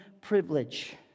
privilege